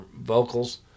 vocals